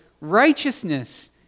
righteousness